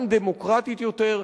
גם דמוקרטית יותר,